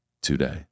today